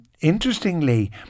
Interestingly